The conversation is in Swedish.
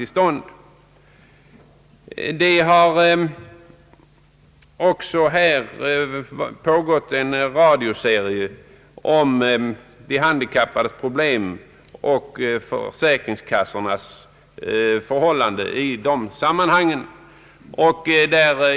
I radio har det pågått en serie om de handikappades problem, varvid försäkringskassornas roll i sammanhanget har belysts.